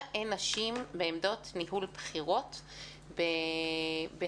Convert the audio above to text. אין נשים בעמדות ניהול בכירות בחברות?